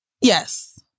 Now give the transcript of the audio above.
Yes